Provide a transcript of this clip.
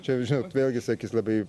čia žinot vėlgi sakys labai